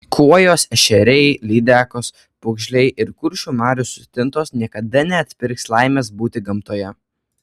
kuojos ešeriai lydekos pūgžliai ir kuršių marių stintos niekada neatpirks laimės būti gamtoje